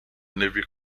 navy